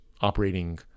operating